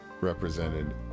Represented